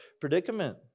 predicament